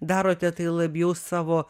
darote tai labiau savo